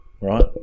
right